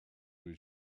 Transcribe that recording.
his